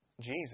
Jesus